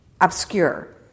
obscure